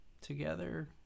together